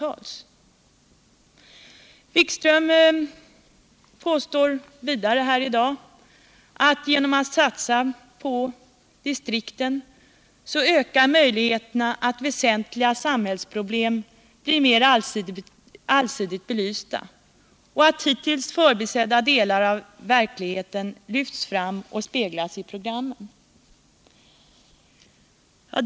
Jan-Erik Wikström påstår vidare i dag att genom att man satsar på distrikten, ökas möjligheterna att väsentliga samhällsproblem blir mer allsidigt belysta och att hittills förbisedda delar av verkligheten lyfts fram och speglas i programmen.